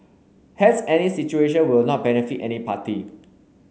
hence any situation will not benefit any party